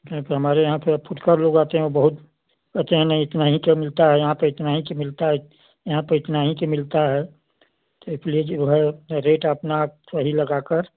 नहीं तो हमारे यहाँ पर अ फ़ुटकर लोग आते हैं वो बहुत कहते हैं नहीं इतना ही के मिलता है यहाँ पर इतना ही के मिलता है यहाँ पर इतना ही के मिलता है तो इसलिए जो है रेट अपना सही लगाकर